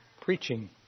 preaching